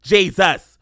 Jesus